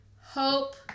Hope